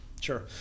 Sure